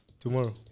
Tomorrow